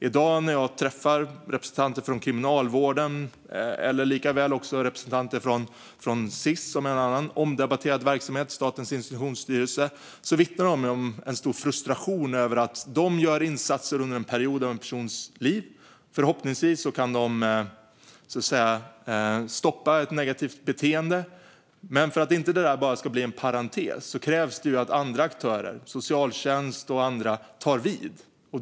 I dag när jag träffar representanter från kriminalvården eller representanter från Sis, Statens institutionsstyrelse, som är en annan omdebatterad verksamhet, vittnar de om en stor frustration över att de gör insatser under en period av en persons liv. Förhoppningsvis kan de så att säga stoppa ett negativt beteende. Men för att detta inte bara ska bli en parentes krävs det att andra aktörer - socialtjänst och andra - tar vid.